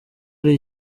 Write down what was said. ari